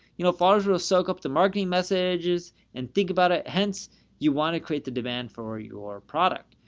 you know, followers will soak up the marketing messages and think about it. hence you want to create the demand for your product.